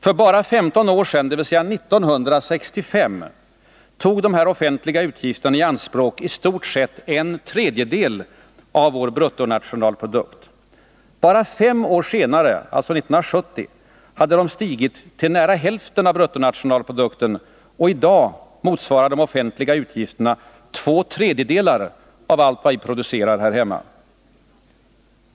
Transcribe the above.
För bara 15 år sedan — dvs. 1965 — tog dessa offentliga utgifter i anspråk i stort sett en tredjedel av vår bruttonationalprodukt. Bara fem år senare — alltså 1970 — hade de stigit till nära hälften av bruttonationalprodukten, och i dag motsvarar de offentliga utgifterna två tredjedelar av allt det vi producerar här hemma.